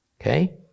Okay